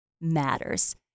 matters